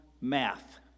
math